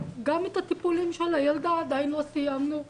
את הטיפולים של הילדה עדיין לא סיימנו,